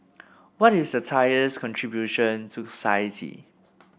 what is satire's contribution to society